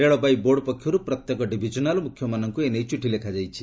ରେଳବାଇ board ପକ୍ଷରୁ ପ୍ରତ୍ୟେକ divisional ମୁଖ୍ୟମାନଙ୍କୁ ଏ ନେଇ ଚିଠି ଲେଖାଯାଇଛି